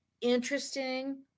interesting